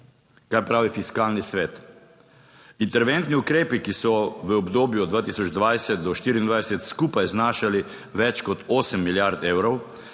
Kaj pravi Fiskalni svet? Interventni ukrepi, ki so v obdobju 2020 do 2024 skupaj znašali več kot osem milijard evrov,